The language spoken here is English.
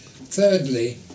Thirdly